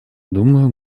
думаю